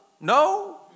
No